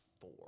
four